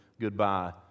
goodbye